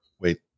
wait